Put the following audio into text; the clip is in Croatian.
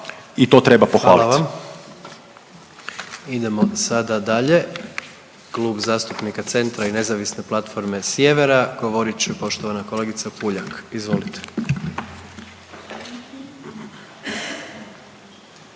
Gordan (HDZ)** Hvala vam. Idemo sada dalje, Klub zastupnika Centra i Nezavisne platforme Sjevera govorit će poštovana kolegica Puljak. Izvolite.